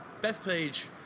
Bethpage